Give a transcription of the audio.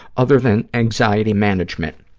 other than anxiety management.